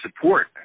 support